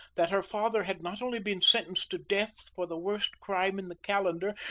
that her father had not only been sentenced to death for the worst crime in the calendar,